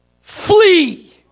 Flee